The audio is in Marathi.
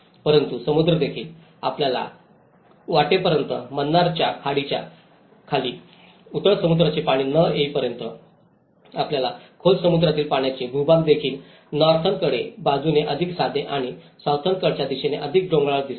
परंतु समुद्र देखील आपल्या वाटेपर्यंत मन्नारच्या खाडीच्या खाली उथळ समुद्राचे पाणी न येईपर्यंत आपल्याला खोल समुद्रातील पाण्याचे भूभाग देखील नॉर्थेर्नकडील बाजूने अधिक साधे आणि सौथर्नकडच्या दिशेने अधिक डोंगराळ दिसेल